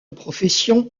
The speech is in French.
profession